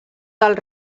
del